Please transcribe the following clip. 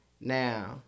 Now